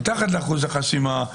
מתחת לאחוז החסימה,